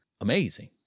amazing